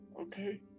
okay